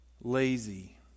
lazy